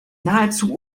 nahezu